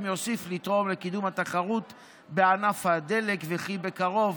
יוסיף לתרום לקידום התחרות בענף הדלק וכי בקרוב,